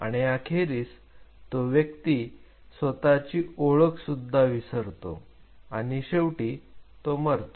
आणि अखेरीस तो व्यक्ती स्वतःची ओळख सुद्धा विसरतो आणि शेवटी तो मरतो